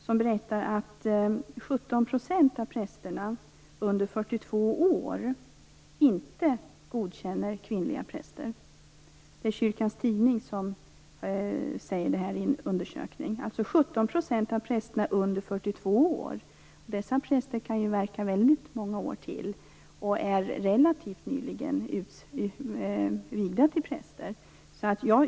Enligt en undersökning av Svenska kyrkans tidning är det 17 % av prästerna under 42 år som inte har godkänt kvinnliga präster. Dessa präster kan ju verka under väldigt många år till och är relativt nyligen vigda till präster.